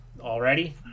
already